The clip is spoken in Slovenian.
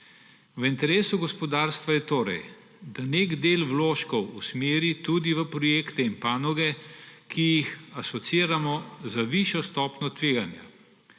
V interesu gospodarstva je torej, da nek del vložkov usmeri tudi v projekte in panoge, ki jih asociiramo z višjo stopnjo tveganja.